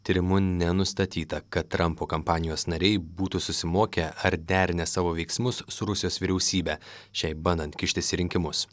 tyrimu nenustatyta kad trampo kampanijos nariai būtų susimokę ar derinę savo veiksmus su rusijos vyriausybe šiai bandant kištis į rinkimus